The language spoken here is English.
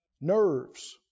Nerves